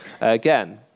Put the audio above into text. again